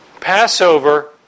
Passover